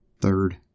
Third